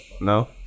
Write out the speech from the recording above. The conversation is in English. No